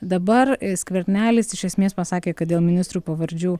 dabar skvernelis iš esmės pasakė kad dėl ministrų pavardžių